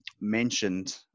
mentioned